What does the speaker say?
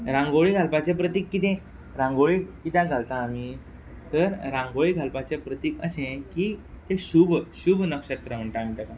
रांगोळी घालपाचें प्रतीक किदें रांगोळी किद्याक घालता आमी तर रांगोळी घालपाचें प्रतीक अशें की तें शूभ शूभ नक्षत्र म्हणटा आमी तेका